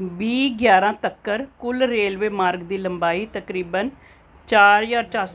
बीह् ग्यारां तक्कर कुल रेलवे मार्ग दी लंबाई तकरीबन चार ज्हार